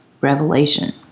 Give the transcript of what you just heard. revelation